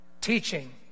teaching